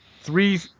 three